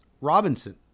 Robinson